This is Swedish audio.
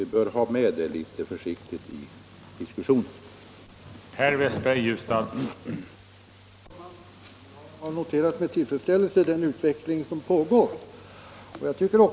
Vi bör nog litet försiktigt ha det med i diskussionen.